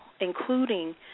including